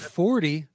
forty